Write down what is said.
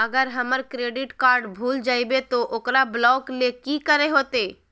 अगर हमर credit card भूल जइबे तो ओकरा ब्लॉक लें कि करे होते?